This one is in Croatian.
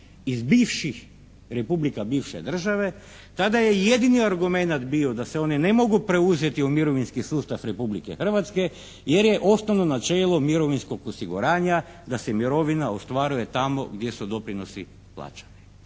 iz bivših republika bivše države, tada je jedini argumenat bio da se oni ne mogu preuzeti u mirovinski sustav Republike Hrvatske jer je osnovno načelo mirovinskog osiguranja da se mirovina ostvaruje tamo gdje su doprinosi plaćani.